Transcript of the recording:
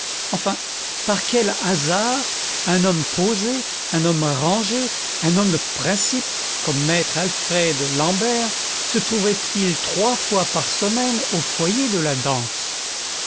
enfin par quel hasard un homme posé un homme rangé un homme de principes comme maître alfred l'àmbert se trouvait-il trois fois par semaine au foyer de la danse